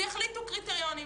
ויחליטו קריטריונים.